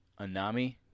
Anami